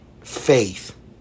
faith